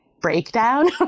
breakdown